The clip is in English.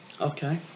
Okay